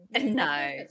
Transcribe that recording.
no